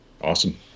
Awesome